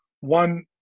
one